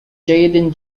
جيد